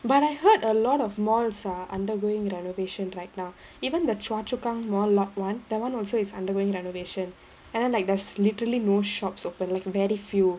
but I heard a lot of malls are undergoing renovations right now even the choa chu kang mall lot one that one also is undergoing renovation and then like there's literally no shops open like very few